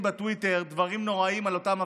בטוויטר דברים נוראים על אותם מפגינים: